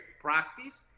practice